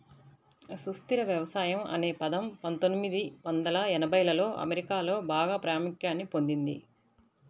సుస్థిర వ్యవసాయం అనే పదం పందొమ్మిది వందల ఎనభైలలో అమెరికాలో బాగా ప్రాముఖ్యాన్ని పొందింది